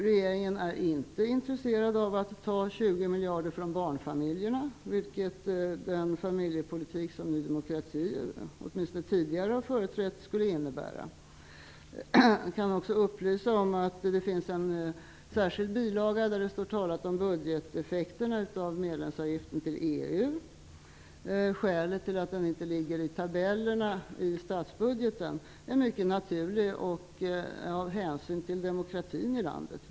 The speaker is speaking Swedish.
Regeringen är inte intresserad av att ta 20 miljarder från barnfamiljerna, vilket den familjepolitik som Ny demokrati åtminstone tidigare har företrätt skulle innebära. Jag kan också upplysa om att det finns en särskild bilaga där det står talat om budgeteffekterna av medlemsavgiften till EU. Skälet till att den inte ligger i tabellerna i statsbudgeten är mycket naturligt: hänsynen till demokratin i landet.